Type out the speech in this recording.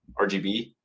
RGB